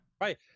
Right